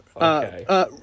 Okay